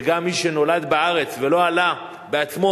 שגם מי שנולד בארץ ולא עלה בעצמו,